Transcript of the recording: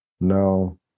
No